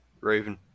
Raven